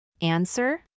Answer